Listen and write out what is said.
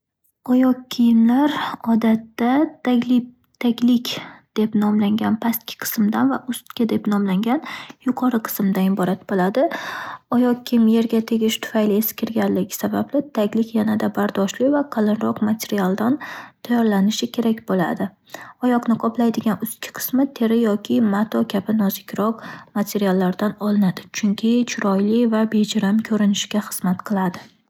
Oyoq kiyimlar odatda, tagli-taglik deb nomlangan pastki qismdan va ustki deb nomlangan yuqori qismdan iborat bo'ladi. Oyoq kiyim yerga tegish tufayli eskirganligi sababli, taglik yanada bardoshli va qalinroq materialdan tayyorlanishi kerak bo'ladi. Oyoqni qoplaydigan ustki qismi teri yoki mato kabi nozikroq materiallardan olinadi. Chunki chiroyli va bejirim ko'rinishga xizmat qiladi.